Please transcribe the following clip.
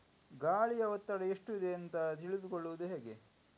ಗಾಳಿಯ ಒತ್ತಡ ಎಷ್ಟು ಇದೆ ಅಂತ ತಿಳಿದುಕೊಳ್ಳುವುದು ಹೇಗೆ?